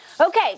Okay